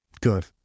good